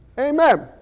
amen